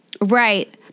Right